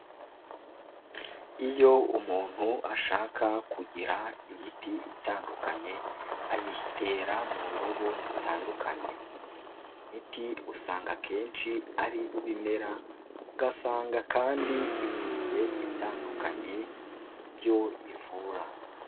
Iyo umuntu ashaka kugira imiti itandukanye ayitera mu ndobo zitandukanye, imiti usanga akenshi ari iy'ibimera ugasanga kandi igiye itandukanye mu byo ivura.